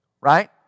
Right